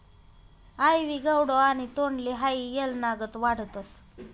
आइवी गौडो आणि तोंडली हाई येलनागत वाढतस